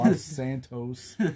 Santos